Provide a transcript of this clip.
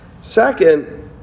Second